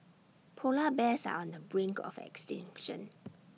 Polar Bears are on the brink of extinction